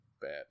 bad